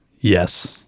Yes